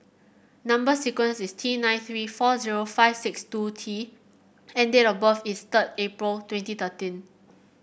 number sequence is T nine three four zero five six two T and date of birth is third April twenty thirteen